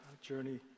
journey